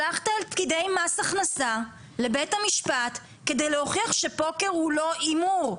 שלחת את פקידי מס הכנסה לבית המשפט כדי להוכיח שפוקר הוא לא הימור,